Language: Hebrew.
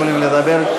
יכולים לדבר,